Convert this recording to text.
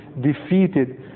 defeated